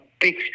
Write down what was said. big